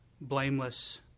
blameless